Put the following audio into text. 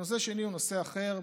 הנושא השני הוא נושא אחר,